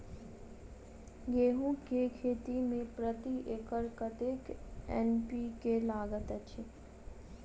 गेंहूँ केँ खेती मे प्रति एकड़ कतेक एन.पी.के लागैत अछि?